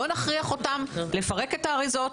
לא נכריח אותם לפרק את האריזות,